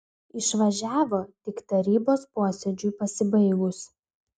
išvažiavo tik tarybos posėdžiui pasibaigus